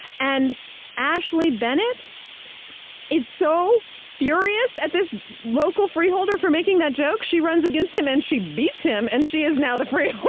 and ashley bennett is so furious at this local freeholder for making that joke, she runs against him and she beats him, and she is now the freeholder.